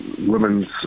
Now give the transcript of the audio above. women's